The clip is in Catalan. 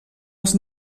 els